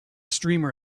streamer